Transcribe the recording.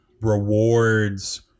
rewards